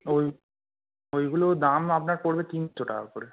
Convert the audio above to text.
ওই ওইগুলো দাম আপনার পড়বে তিনশো টাকা করে